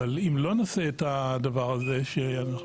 אבל אם לא נעשה את הדבר הזה שאנחנו